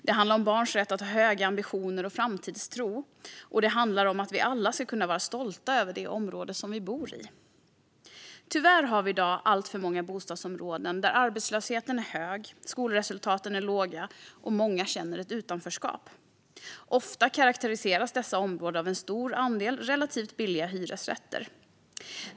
Det handlar om barns rätt att ha höga ambitioner och framtidstro. Det handlar också om att vi alla ska kunna vara stola över det område vi bor i. Tyvärr har vi i dag alltför många bostadsområden där arbetslösheten är hög, skolresultaten låga och många känner ett utanförskap. Ofta karakteriseras dessa områden av en stor andel relativt billiga hyresrätter.